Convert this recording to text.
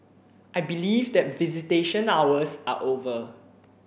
I believe that visitation hours are over